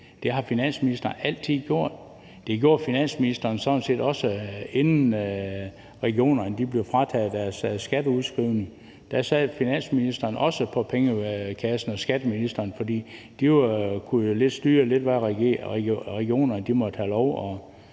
Det har finansministeren altid gjort. Det gjorde finansministeren sådan set også, inden regionerne blev frataget deres skatteudskrivning. Da sad finansministeren og skatteministeren også på pengekassen, for de kunne jo lidt styre, hvad regionerne måtte have lov